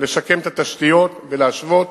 לשקם את התשתיות ולהשוות